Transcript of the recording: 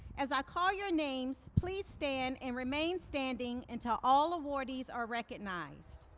as i call your names, please stand and remain standing until all awardees are recognized.